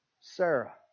Sarah